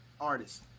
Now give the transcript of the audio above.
artist